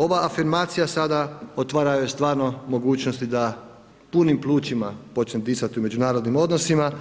Ova afirmacija sada otvara joj stvarno mogućnosti da punim plućima počne disati u međunarodnim odnosima